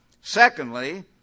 Secondly